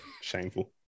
Shameful